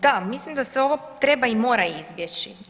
Da, mislim da se ovo treba i mora izbjeći.